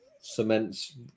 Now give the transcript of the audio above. Cement's